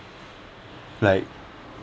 like